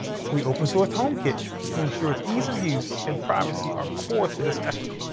we open-sourced homekit to ensure its ease of use and privacy are core to this effort.